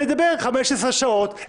אני אדבר 15 שעות,